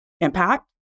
impact